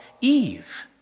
Eve